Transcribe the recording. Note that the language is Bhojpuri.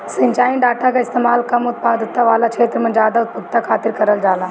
सिंचाई डाटा कअ इस्तेमाल कम उत्पादकता वाला छेत्र में जादा उत्पादकता खातिर करल जाला